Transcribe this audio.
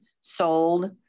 sold